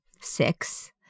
six